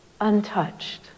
untouched